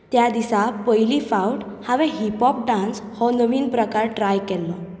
त्या दिसा पयली फावट हांवें हिपहॉप डांस हो नवीन प्रकार ट्राय केल्लो